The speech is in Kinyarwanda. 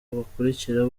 bakurikira